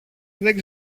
δεν